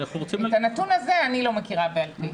את הנתון הזה אני לא מכירה בעל פה.